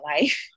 life